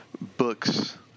books